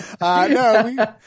No